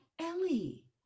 Ellie